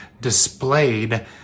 displayed